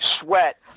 sweat